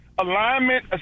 alignment